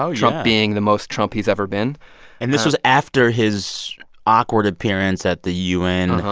so trump being the most trump he's ever been and this was after his awkward appearance at the u n,